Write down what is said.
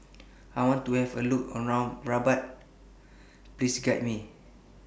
I want to Have A Look around Rabat Please Guide Me